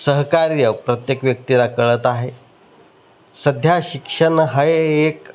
सहकार्य प्रत्येक व्यक्तीला करत आहे सध्या शिक्षण हाही एक